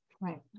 right